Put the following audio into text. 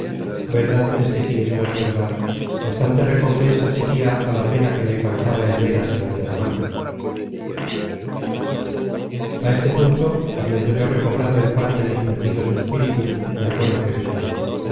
verdad es que si esto es verdad bastante recompensa sería á la pena que me causa el ver así á mi hermana a este punto habiendo yo recobrado en parte mis perdidos espíritus me acuerdo que dije